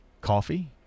coffee